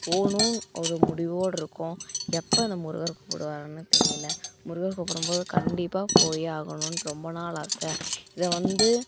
போகணுன் ஒரு முடிவோடு இருக்கோம் எப்போ இந்த முருகர் கூப்பிடுவாருன்னு தெரியலை முருகர் கூப்பிடும்போது கண்டிப்பாக போயே ஆகணும்ன் ரொம்ப நாள் ஆசை இதை வந்து